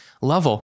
level